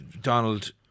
Donald